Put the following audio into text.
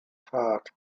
heart